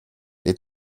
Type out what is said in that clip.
les